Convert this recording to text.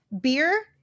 beer